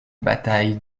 batailles